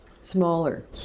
Smaller